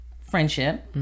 friendship